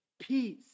peace